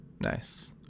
Nice